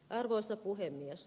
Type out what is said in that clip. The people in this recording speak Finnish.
arvoisa puhemies